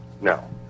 no